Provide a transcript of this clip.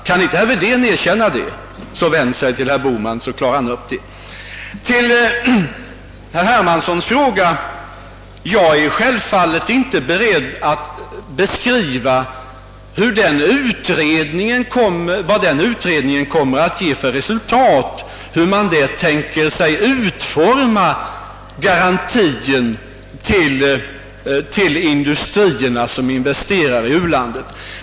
Kan herr Wedén inte erkänna det, får han vända sig till herr Bohman för att få det utklarat. Så till herr Hermanssons fråga. Jag är självfallet inte beredd att säga någonting om vad denna utredning kommer att ge för resultat och hur den tänker sig att utforma garantin till de industrier som investerar i u-länderna.